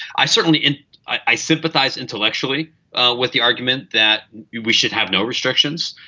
i certainly i sympathize intellectually with the argument that we should have no restrictions.